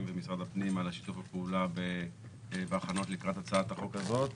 ומשרד הפנים על שיתוף הפעולה בהכנות לקראת הצעת החוק הזאת